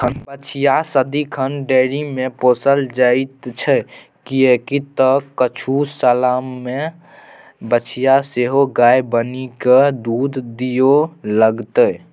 बछिया सदिखन डेयरीमे पोसल जाइत छै किएक तँ किछु सालमे बछिया सेहो गाय बनिकए दूध दिअ लागतै